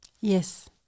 Yes